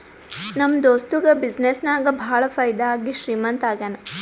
ನಮ್ ದೋಸ್ತುಗ ಬಿಸಿನ್ನೆಸ್ ನಾಗ್ ಭಾಳ ಫೈದಾ ಆಗಿ ಶ್ರೀಮಂತ ಆಗ್ಯಾನ